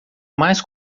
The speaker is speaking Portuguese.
mais